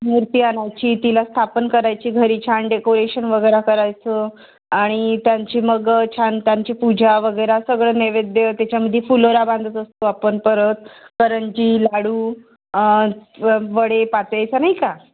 मूर्ती आणायची तिला स्थापन करायची घरी छान डेकोरेशन वगैरे करायचं आणि त्यांची मग छान त्यांची पूजा वगैरे सगळं नैवेद्य त्याच्यामध्ये फुलोरा बांधत असतो आपण परत करंजी लाडू वडे नाही का